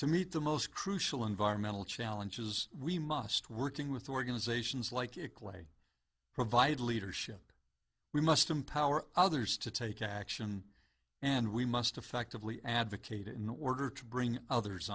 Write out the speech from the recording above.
to meet the most crucial environmental challenges we must working with organizations like a clay provide leadership we must empower others to take action and we must effectively advocate in order to bring others